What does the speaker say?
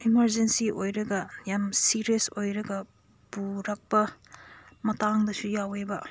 emergency ꯑꯣꯏꯔꯒ ꯌꯥꯝ serious ꯑꯣꯏꯔꯒ ꯄꯨꯔꯛꯄ ꯃꯇꯥꯡꯗꯁꯨ ꯌꯥꯎꯋꯦꯕ